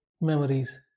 memories